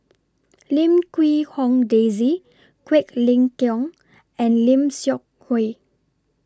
Lim Quee Hong Daisy Quek Ling Kiong and Lim Seok Hui